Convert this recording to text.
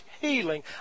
healing